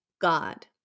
God